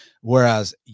Whereas